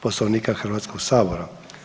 Poslovnika Hrvatskog sabora.